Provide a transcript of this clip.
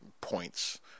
points